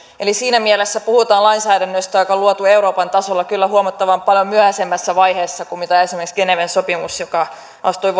eli siinä mielessä puhutaan lainsäädännöstä joka on luotu euroopan tasolla kyllä huomattavan paljon myöhäisemmässä vaiheessa kuin mitä esimerkiksi geneven sopimus joka astui